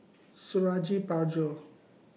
Suradi Parjo